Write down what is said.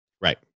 Right